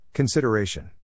Consideration